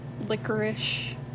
licorice